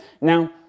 Now